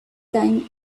time